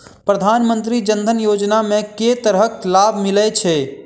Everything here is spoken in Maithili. प्रधानमंत्री जनधन योजना मे केँ तरहक लाभ मिलय छै?